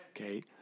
Okay